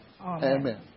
Amen